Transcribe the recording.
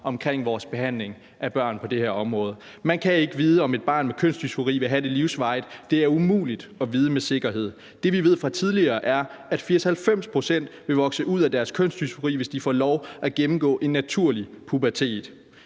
omkring vores behandling af børn på det her område: Man kan ikke vide, om et barn med kønsdysfori vil have det livsvarigt. Det er umuligt at vide med sikkerhed. Det, vi ved fra tidligere, er, at 80-90 pct. vil vokse ud af deres kønsdysfori, hvis de får lov at gennemgå en naturlig pubertet.